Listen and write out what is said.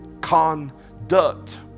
conduct